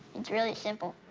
it's really simple.